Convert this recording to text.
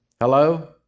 Hello